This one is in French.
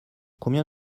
combien